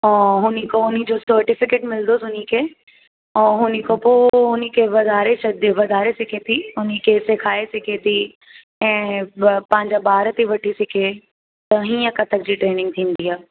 ऐं हुनखां हुनजो सर्टिफ़िकेट मिलंदुसि हुनखे ऐं हुनखां पोइ हुनी खे वधारे सघंदे वधारे सघे थी हुनखे सेखारे सघे थी ऐं ॿ पंहिंजा ॿार थी वठी सिखे त हींअ कत्थक जी ट्रेनिंग थींदी आहे